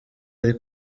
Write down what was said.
yari